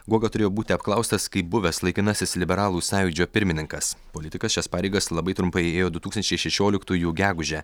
guoga turėjo būti apklaustas kaip buvęs laikinasis liberalų sąjūdžio pirmininkas politikas šias pareigas labai trumpai ėjo du tūkstančiai šešioliktųjų gegužę